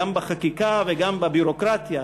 גם בחקיקה וגם בביורוקרטיה,